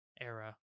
era